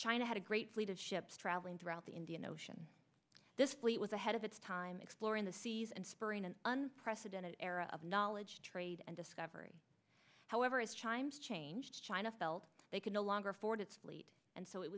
china had a great fleet of ships traveling throughout the indian ocean this fleet was ahead of its time exploring the seas and spring an unprecedented era of knowledge trade and discovery however it chimes changed china felt they could no longer afford its fleet and so it